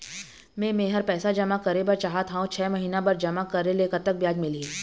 मे मेहर पैसा जमा करें बर चाहत हाव, छह महिना बर जमा करे ले कतक ब्याज मिलही?